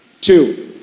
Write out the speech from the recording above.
Two